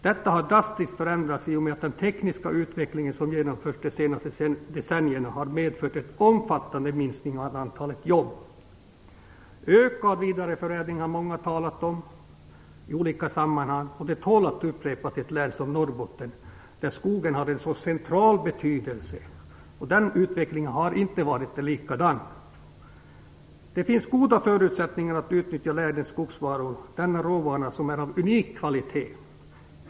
Detta har drastiskt förändrats; den tekniska utveckling som ägt rum de senaste decennierna har medfört en omfattande minskning av antalet jobb. Ökad vidareförädling har många talat om i olika sammanhang. Men ett län som Norrbotten, där skogen har en så central betydelse, har inte fått del i någon sådan utveckling. Det finns goda förutsättningar att utnyttja länets skogsråvaror. Denna råvara är av unik kvalitet.